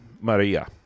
maria